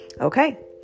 Okay